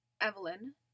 Evelyn